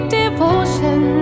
devotion